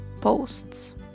posts